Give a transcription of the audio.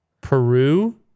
Peru